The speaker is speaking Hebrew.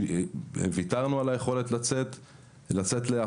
ויתרנו על היכולת לצאת להפרטה.